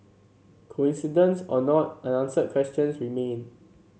coincidence or not unanswered questions remain